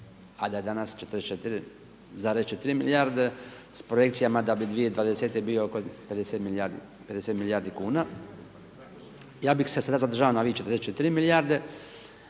a da je danas 44,4 milijarde s projekcijama da bi 2020. bio oko 50 milijardi kuna. Ja bih se sada zadržao na ovih 44 milijarde